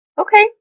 Okay